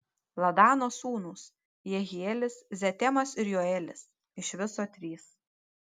ladano sūnūs jehielis zetamas ir joelis iš viso trys